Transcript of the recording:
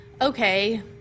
Okay